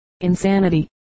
insanity